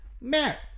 Matt